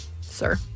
sir